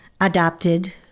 adopted